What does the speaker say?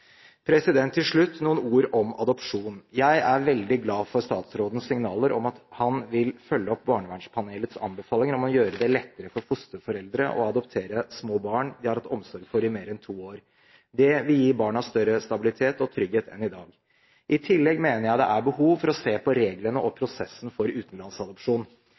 Til slutt noen ord om adopsjon. Jeg er veldig glad for statsrådens signaler om at han vil følge opp Barnevernpanelets anbefalinger om å gjøre det lettere for fosterforeldre å adoptere små barn de har hatt omsorg for i mer enn to år. Det vil gi barna større stabilitet og trygghet enn i dag. I tillegg mener jeg det er behov for å se på reglene og prosessen for utenlandsadopsjon.